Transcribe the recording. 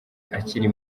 akiri